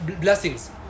blessings